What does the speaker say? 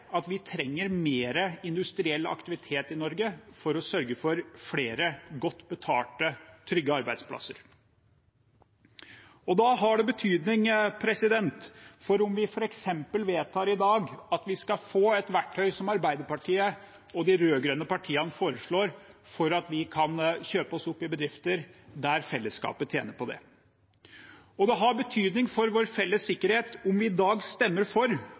at vi trenger mer industriell aktivitet i Norge for å sørge for flere godt betalte, trygge arbeidsplasser. Da har det betydning om vi, som Arbeiderpartiet og de rød-grønne partiene foreslår, f.eks. vedtar i dag at vi skal få et verktøy for å kunne kjøpe oss opp i bedrifter der fellesskapet tjener på det. Det har betydning for vår felles sikkerhet om vi i dag stemmer for